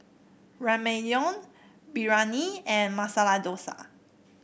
Ramyeon Biryani and Masala Dosa